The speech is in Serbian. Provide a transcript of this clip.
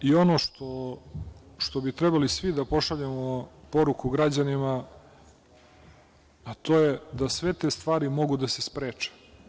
Ono što bi trebalo svi da pošaljemo poruku građanima, to je da sve te stvari mogu da se spreče.